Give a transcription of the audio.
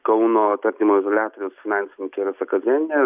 kauno tardymo izoliatoriaus finansininkė rasa kazlėnienė